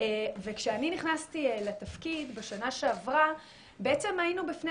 כשאני נכנסתי לתפקיד בשנה שעברה היינו בפני